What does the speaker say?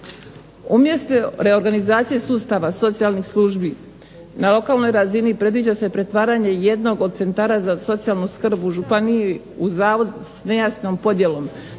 Umjesto reorganizacije sustava socijalnih službi na lokalnoj razini predviđa se pretvaranje jednog od centara za socijalnu skrb u županiji u zavod s nejasnom podjelom